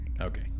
Okay